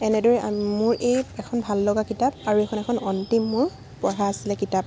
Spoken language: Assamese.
এনেদৰেই মোৰ এই এখন ভাল লগা কিতাপ আৰু এখন এখন অন্তিম মোৰ পঢ়া আছিলে কিতাপ